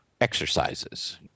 exercises